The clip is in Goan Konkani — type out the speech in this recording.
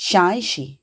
श्यांयशीं